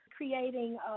Creating